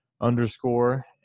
underscore